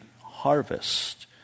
harvest